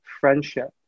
friendship